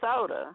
soda